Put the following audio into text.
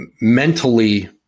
mentally